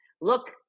look